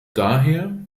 daher